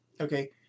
okay